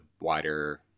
wider